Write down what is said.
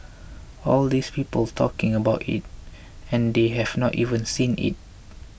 all these people talking about it and they have not even seen it